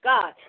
God